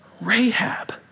Rahab